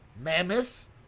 mammoth